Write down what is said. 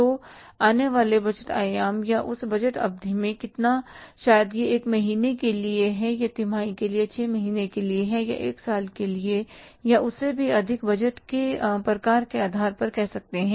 तो आने वाले बजट आयाम या उस बजट अवधि में कितना शायद यह एक महीने के लिए है तिमाही या 6 महीने के लिए या 1 साल के लिए या उससे भी अधिकबजट के प्रकार के आधार पर कह सकते हैं